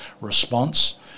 response